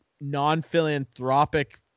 non-philanthropic